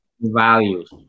values